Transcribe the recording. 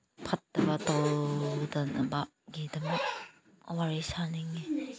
ꯐꯠꯇꯕ ꯇꯧꯗꯅꯕꯒꯤꯗꯃꯛ ꯋꯥꯔꯤ ꯁꯥꯅꯤꯡꯏ